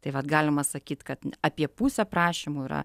tai vat galima sakyt kad apie pusę prašymų yra